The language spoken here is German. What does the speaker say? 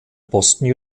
boston